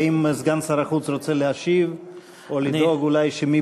האם סגן שר החוץ רוצה להשיב או לדאוג אולי שמי